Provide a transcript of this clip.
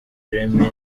remy